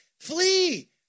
flee